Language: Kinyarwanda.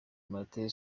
martin